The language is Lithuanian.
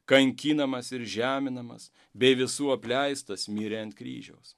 kankinamas ir žeminamas bei visų apleistas mirė ant kryžiaus